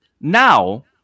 now